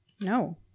No